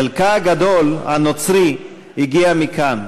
חלקה הגדול, הנוצרי, הגיע מכאן.